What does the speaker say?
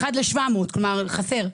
כלומר חסר.